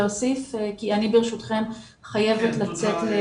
ברשותכם, אני חייבת לצאת.